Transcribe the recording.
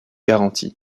garantis